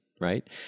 Right